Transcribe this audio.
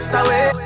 away